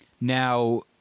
Now